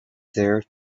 there